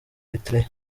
eritrea